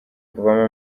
kuvamo